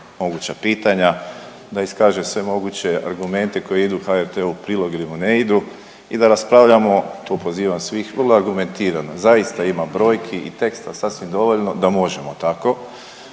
moguća pitanja, da iskaže sve moguće argumente koji idu HRT-u u prilog ili mu ne idu i da raspravljamo tu pozivam svih, vrlo argumentirano. Zaista ima brojki i teksta sasvim dovoljno da možemo tako.